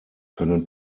können